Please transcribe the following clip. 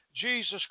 Jesus